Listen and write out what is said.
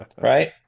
right